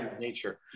nature